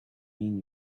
mean